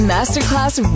Masterclass